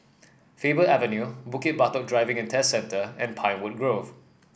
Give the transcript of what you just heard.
Faber Avenue Bukit Batok Driving And Test Centre and Pinewood Grove